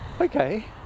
okay